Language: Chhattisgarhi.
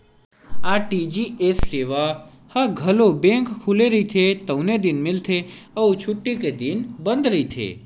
आर.टी.जी.एस सेवा ह घलो बेंक खुले रहिथे तउने दिन मिलथे अउ छुट्टी के दिन बंद रहिथे